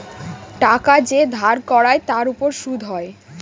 টাকা যে ধার করায় তার উপর সুদ হয়